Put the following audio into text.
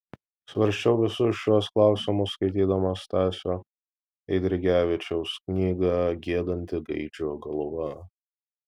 svarsčiau visus šiuos klausimus skaitydamas stasio eidrigevičiaus knygą giedanti gaidžio galva